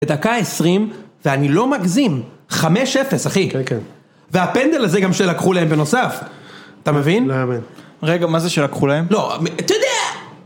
בדקה עשרים, ואני לא מגזים, חמש אפס, אחי. כן, כן. והפנדל הזה גם שלקחו להם בנוסף. אתה מבין? לא יאמן. רגע, מה זה שלקחו להם? לא, אתה יודע...